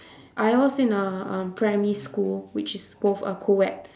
I was in a uh primary school which is both co-ed